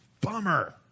bummer